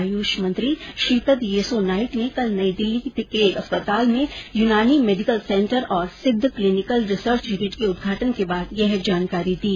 आयुष मंत्री श्रीपद येसो नाइक ने कल नई दिल्ली के एक अस्पताल में यूनानी मेडिकल सेंटर और सिद्ध क्लीनिकल रिसर्च यूनिट के उद्घाटन के बाद यह जानकारी दी